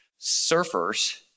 surfers